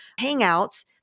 Hangouts